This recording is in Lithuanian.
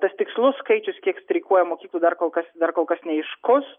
tas tikslus skaičius kiek streikuoja mokyklų dar kol kas dar kol kas neaiškus